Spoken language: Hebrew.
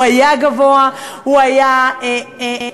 הוא היה גבוה, הוא היה אנטי-צמיחה.